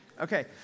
Okay